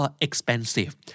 expensive